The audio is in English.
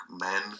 men